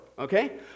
Okay